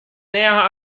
näher